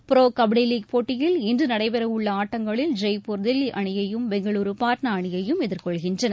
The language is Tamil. புரோ கபடி லீக் போட்டியில் இன்று நடடபெறவுள்ள ஆட்டங்களில் ஜெய்ப்பூர் தில்லி அணியையும் பெங்களுரு பாட்னா அணியையும் எதிர்கொள்கின்றன